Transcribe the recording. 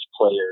players